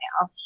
now